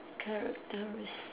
characteris~